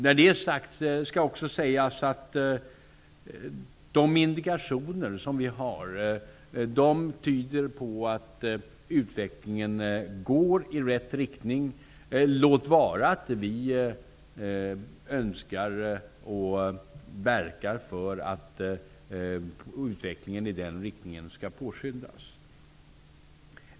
När det är sagt skall också sägas att de indikationer som vi har tyder på att utvecklingen går i rätt riktning -- låt vara att vi önskar och verkar för att utvecklingen i den riktningen skall påskyndas.